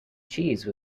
cheese